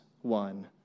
one